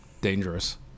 dangerous